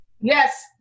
Yes